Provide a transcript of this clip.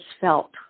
felt